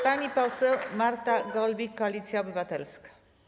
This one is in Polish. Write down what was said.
Pani poseł Marta Golbik, Koalicja Obywatelska.